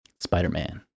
Spider-Man